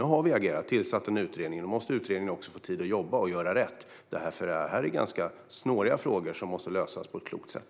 Nu har vi agerat och tillsatt en utredning. Nu måste utredningen få tid att jobba och göra rätt. Detta är ganska snåriga frågor som måste lösas på ett klokt sätt.